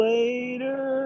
Later